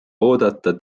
oodata